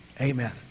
Amen